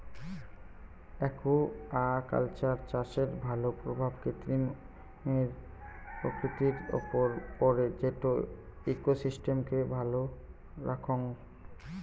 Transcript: aquaculture চাষের ভাল প্রভাব প্রকৃতির উপর পড়ে যেটো ইকোসিস্টেমকে ভালো রাখঙ